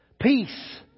peace